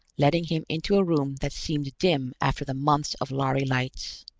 letting him into a room that seemed dim after the months of lhari lights.